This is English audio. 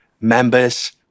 members